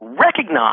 recognize